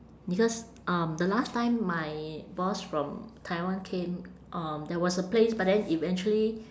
because um the last time my boss from taiwan came um there was a place but then eventually